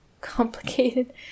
complicated